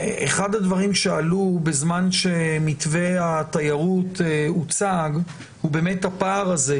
אחד הדברים שעלו בזמן שמתווה התיירות הוצג הוא באמת הפער הזה,